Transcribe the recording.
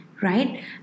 right